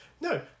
no